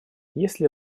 если